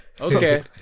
okay